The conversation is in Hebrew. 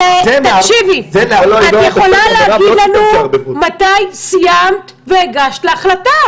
את יכולה להגיד לנו מתי סיימת והגשת להחלטה,